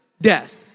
death